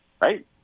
right